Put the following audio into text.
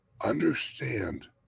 understand